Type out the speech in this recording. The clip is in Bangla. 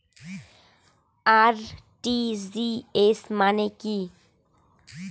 আর.টি.জি.এস মানে কি?